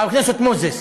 חבר הכנסת מוזס.